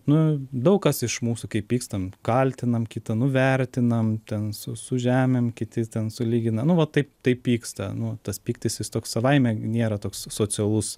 nu daug kas iš mūsų kai pykstam kaltinam kita nuvertinam ten su su žemėm kiti ten sulygina nu va taip taip pyksta nu tas pyktis toks savaime nėra toks socialus